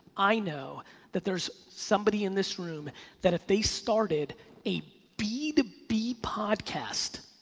i know that there's somebody in this room that if they started a b to b podcast,